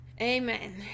amen